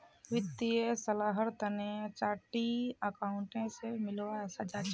वित्तीय सलाहर तने चार्टर्ड अकाउंटेंट स मिलवा सखे छि